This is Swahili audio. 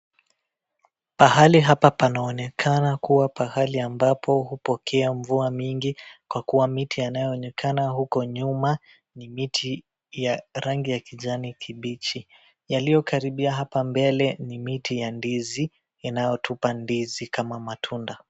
Pahali hapa panaonekana kua pahali ambapo hupokea mvua mingi kwa kwa mti yanayo onekana huko nyuma ni miti ya rangi ya kijani kibichi. Yaliyo karibia hapa mbele ni miti ya ndizi inayotupa ndizi kama matunda.